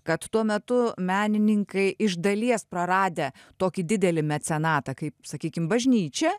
kad tuo metu menininkai iš dalies praradę tokį didelį mecenatą kaip sakykim bažnyčia